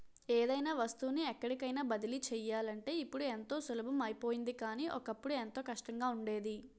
ఏదైనా వస్తువుని ఎక్కడికైన బదిలీ చెయ్యాలంటే ఇప్పుడు ఎంతో సులభం అయిపోయింది కానీ, ఒకప్పుడు ఎంతో కష్టంగా ఉండేది